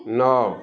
ନଅ